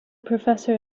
professor